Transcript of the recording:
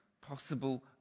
possible